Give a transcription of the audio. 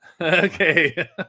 Okay